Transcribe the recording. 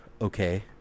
okay